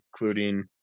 including